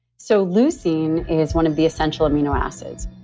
so, leucine is one of the essential amino acids.